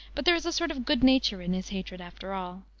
but there is a sort of good-nature in his hatred, after all.